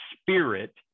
spirit